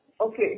Okay